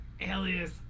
Alias